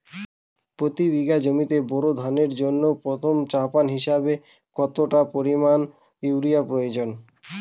এক বিঘা জমিতে বোরো ধানের জন্য প্রথম চাপান হিসাবে কতটা পরিমাণ ইউরিয়া প্রয়োজন?